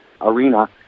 arena